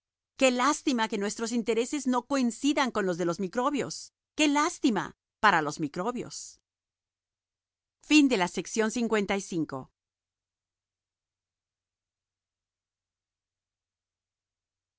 qué lástima que nuestros intereses no coincidan con los de los microbios qué lástima para los microbios iv